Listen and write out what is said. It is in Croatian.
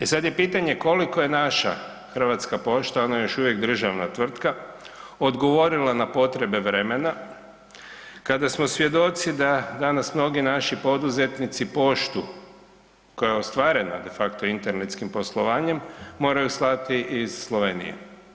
E sad je pitanje koliko je naša Hrvatska pošta, ona je još uvijek državna tvrtka, odgovorila na potrebe vremena, kada smo svjedoci da danas mnogi naši poduzetnici poštu koja je ostvarena de facto internetskim poslovanje, moraju slati iz Slovenije.